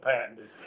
patented